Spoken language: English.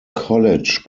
college